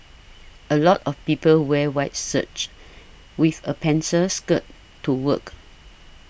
a lot of people wear white shirts with a pencil skirt to work